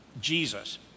Jesus